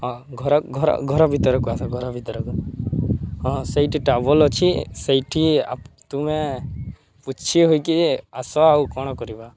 ହଁ ଘର ଘର ଘର ଭିତରକୁ ଆସ ଘର ଭିତରକୁ ହଁ ସେଇଠି ଟାବଲ୍ ଅଛି ସେଇଠି ତୁମେ ପୋଛି ହୋଇକି ଆସ ଆଉ କ'ଣ କରିବା